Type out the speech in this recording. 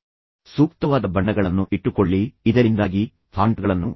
ಆದ್ದರಿಂದ ಸೂಕ್ತವಾದ ಬಣ್ಣಗಳನ್ನು ಇಟ್ಟುಕೊಳ್ಳಿ ಇದರಿಂದಾಗಿ ಫಾಂಟ್ಗಳನ್ನು